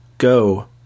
Go